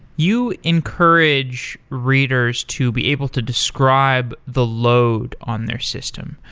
you encourage readers to be able to describe the load on their system.